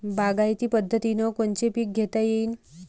बागायती पद्धतीनं कोनचे पीक घेता येईन?